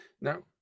Now